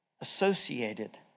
associated